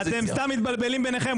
אתם סתם מתבלבלים ביניכם.